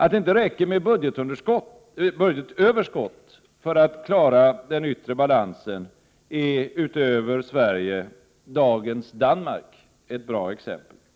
Att det inte räcker med budgetöverskott för att klara den yttre balansen är utöver Sverige dagens Danmark ett bra exempel på.